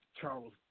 Charles